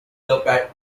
the